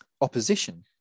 opposition